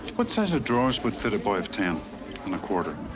what size of drawers would fit a boy of ten and a quarter?